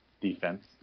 defense